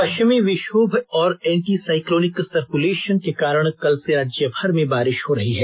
पष्विमी विक्षोम और anti cyclonic circulation के कारण कल से राज्यभर में बारिष हो रही है